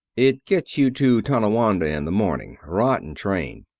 it gets you to tonawanda in the morning. rotten train.